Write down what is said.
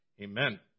Amen